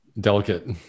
Delicate